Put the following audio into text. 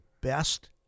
best